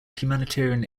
humanitarian